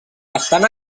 estan